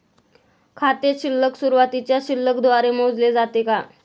खाते शिल्लक सुरुवातीच्या शिल्लक द्वारे मोजले जाते का?